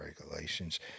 regulations